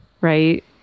right